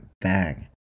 bang